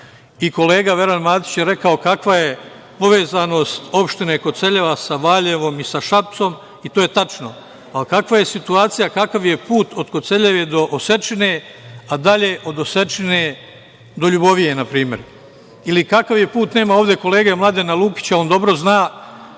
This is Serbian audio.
tako. Kolega Veran Matić je rekao kakva je povezanost opštine Koceljeva sa Valjevom i sa Šapcem i to je tačno, ali kakva je situacija, kakav je put od Koceljeve do Osečine, a dalje od Osečine do Ljubovije, na primer? Ili, kakav je put, nema ovde kolege Mladena Lukića, on dobro zna